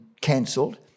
cancelled